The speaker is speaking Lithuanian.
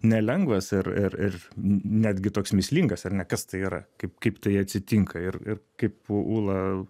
nelengvas ir ir netgi toks mįslingas ar ne kas tai yra kaip kaip tai atsitinka ir kaip ūla